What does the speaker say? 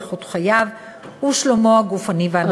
איכות חייו ושלומו הגופני והנפשי.